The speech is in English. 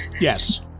yes